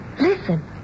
Listen